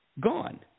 gone